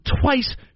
twice